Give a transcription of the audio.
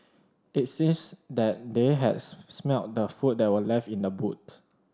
it seems that they had smelt the food that were left in the boot